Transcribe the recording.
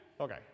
Okay